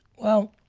well,